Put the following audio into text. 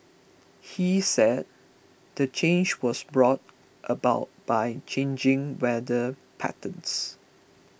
he said the change was brought about by changing weather patterns